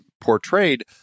portrayed